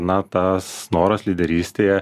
na tas noras lyderystė